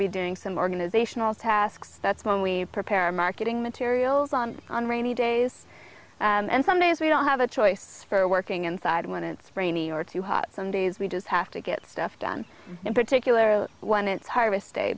be doing some organizational tasks that's when we prepare our marketing materials on rainy days and some days we don't have a choice for working inside when it's rainy or too hot some days we just have to get stuff done in particular when it's harvest day